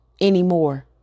anymore